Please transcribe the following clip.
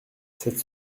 cette